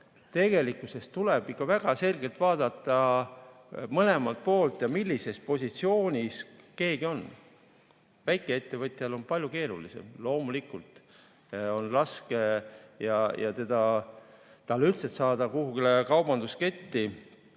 ei ole. Tuleb ikka väga selgelt vaadata mõlemat poolt ja seda, millises positsioonis keegi on. Väikeettevõtjal on palju keerulisem. Loomulikult on tal raske üldse saada kuhugi kaubandusketti